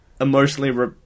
emotionally